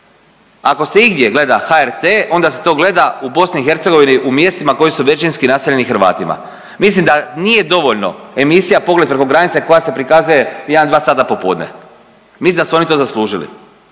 Ako se igdje gleda HRT-e onda se to gleda u Bosni i Hercegovini u mjestima koji ću većinski naseljeni Hrvatima. Mislim da nije dovoljno emisija „Pogled preko granice“ koja se prikazuje u 1, 2 sata popodne. Mislim da su oni to zaslužili.